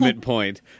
point